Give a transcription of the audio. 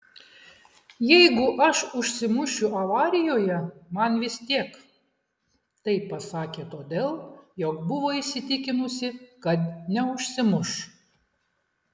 jeigu aš užsimušiu avarijoje man vis tiek tai pasakė todėl jog buvo įsitikinusi kad neužsimuš